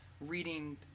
reading